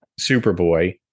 Superboy